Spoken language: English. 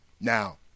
Now